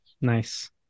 Nice